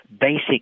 basic